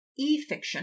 eFiction